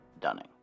Dunning